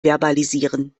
verbalisieren